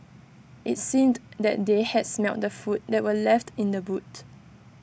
IT seemed that they had smelt the food that were left in the boot